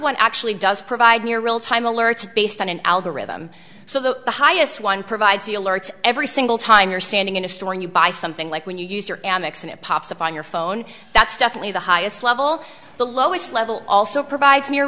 one actually does provide near real time alerts based on an algorithm so the highest one provides the alerts every single time you're standing in a store and you buy something like when you use your amex and it pops up on your phone that's definitely the highest level the lowest level also provides near